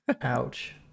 Ouch